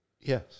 Yes